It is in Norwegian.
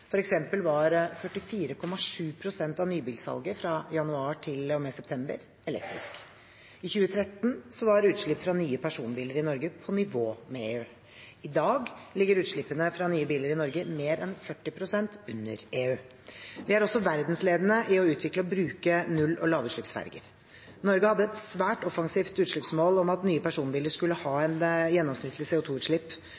var 44,7 pst. av nybilsalget fra januar til og med september elektrisk. I 2013 var utslipp fra nye personbiler i Norge på nivå med EU. I dag ligger utslippene fra nye biler i Norge mer enn 40 pst. under EU. Vi er også verdensledende i å utvikle og bruke null- og lavutslippsferger. Norge hadde et svært offensivt utslippsmål om at nye personbiler skulle ha